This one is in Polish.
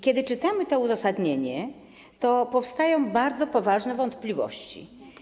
Kiedy czytamy to uzasadnienie, powstają bardzo poważne wątpliwości.